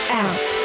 out